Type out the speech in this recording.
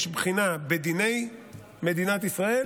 יש בחינה בדיני מדינת ישראל